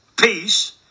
peace